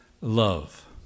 Love